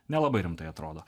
nelabai rimtai atrodo